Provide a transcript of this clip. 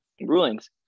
rulings